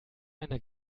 einer